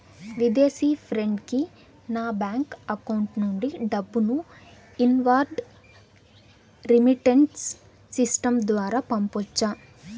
విదేశీ ఫ్రెండ్ కి నా బ్యాంకు అకౌంట్ నుండి డబ్బును ఇన్వార్డ్ రెమిట్టెన్స్ సిస్టం ద్వారా పంపొచ్చా?